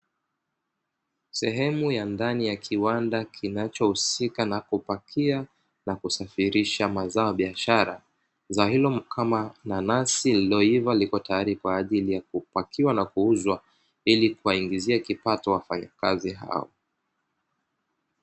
Sehemu ya ndani ya kiwanda kinachohusika na kupakia na kusafirisha mazao ya biashara zao hilo kama nanasi liliyoiva, liko tayari kwa ajili yankupakiwa na kuuzwa ili kuwaingizia kipato wafanyakazi hao.